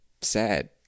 sad